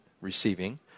receiving